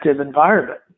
environment